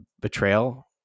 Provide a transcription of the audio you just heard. Betrayal